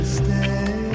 stay